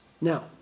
Now